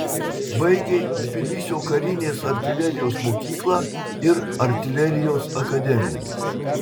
baigė tbilisio karinės artilerijos mokyklą ir artilerijos akademiją